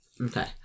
Okay